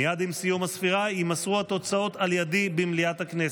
מייד עם סיום הספירה יימסרו התוצאות על ידי במליאת הכנסת.